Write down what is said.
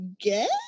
guess